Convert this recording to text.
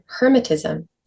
Hermetism